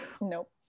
Nope